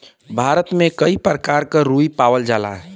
भारत में कई परकार क रुई पावल जाला